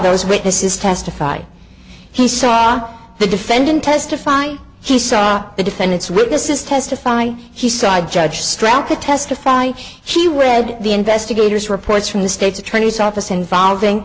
those witnesses testify he saw the defendant testify he saw the defendant's witnesses testify he side judge strout to testify he wed the investigators reports from the state's attorney's office involving